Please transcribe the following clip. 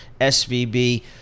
SVB